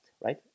right